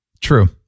True